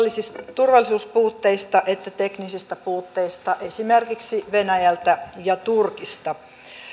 turvallisuuspuutteista että teknisistä puutteista esimerkiksi venäjältä ja turkista